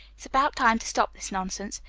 it's about time to stop this nonsense.